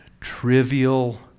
trivial